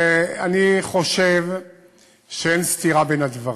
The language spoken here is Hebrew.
אני חושב שאין סתירה בין הדברים.